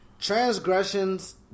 transgressions